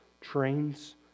trains